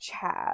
Chad